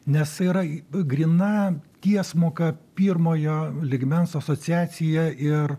nes yra gryna tiesmuka pirmojo lygmens asociacija ir